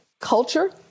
culture